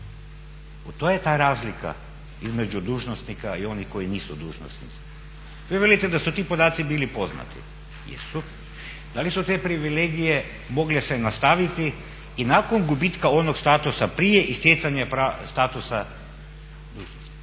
To je ta razlika između dužnosnika i onih koji nisu dužnosnici. Vi velite da su ti podaci bili poznati. Jesu. Da li su te privilegije mogle se i nastaviti i nakon gubitka onog statusa prije i stjecanja statusa dužnosnika.